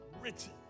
written